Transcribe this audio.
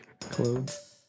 clothes